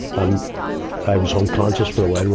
and i was unconscious for a while.